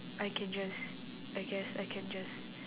I can just I guess I can just